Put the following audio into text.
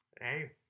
Hey